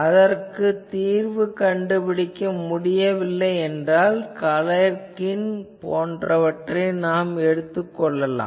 அதற்கு தீர்வு கண்டுபிடிக்க முடியவில்லை என்றால் கலேர்கின் போன்றவற்றை நாம் எடுத்துக் கொள்ளலாம்